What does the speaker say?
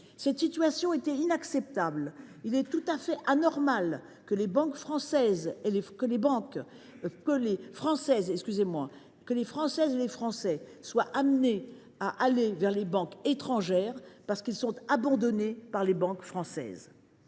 une situation inacceptable, estimant « anormal que les Françaises et les Français ici soient amenés à aller vers des banques étrangères parce qu’ils sont abandonnés par les banques françaises